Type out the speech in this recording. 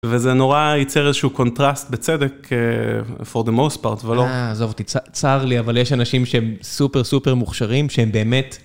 וזה נורא ייצר איזשהו קונטרסט בצדק, for the most part, אבל לא... אה, עזוב, צר לי, אבל יש אנשים שהם סופר סופר מוכשרים, שהם באמת...